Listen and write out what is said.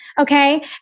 okay